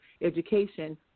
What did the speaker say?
education